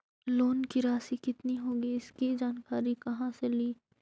Loan की रासि कितनी होगी इसकी जानकारी कहा से ली?